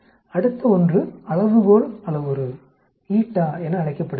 அடுத்த ஒன்று அளவுகோள் அளவுரு என அழைக்கப்படுகிறது